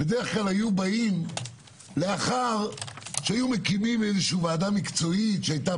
בדרך כלל היו באים לאחר שהיו מקימים ועדה מקצועית שהיתה